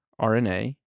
RNA